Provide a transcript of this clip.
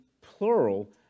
plural